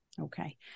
Okay